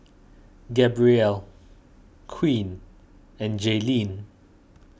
Gabrielle Queen and Jayleen